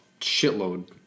shitload